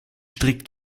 strikt